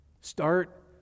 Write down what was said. start